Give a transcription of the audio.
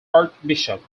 archbishop